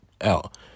out